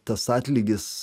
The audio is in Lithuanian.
tas atlygis